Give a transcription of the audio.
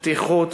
פתיחות.